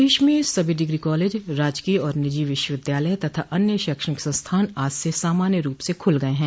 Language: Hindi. प्रदेश में सभी डिग्री कॉलेज राजकीय और निजी विश्वविद्यालय तथा अन्य शैक्षणिक संस्थान आज से सामान्य रूप से खुल गये हैं